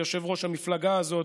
ליושב-ראש המפלגה הזאת,